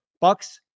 Bucks